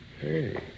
Hey